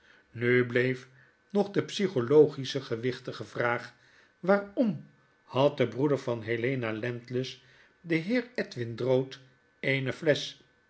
nu bleef nog de psychologische gewichtige vraag waarom had de broeder van helena landless den heer edwin drood eene flesch